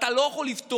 אתה לא יכול לפתוח,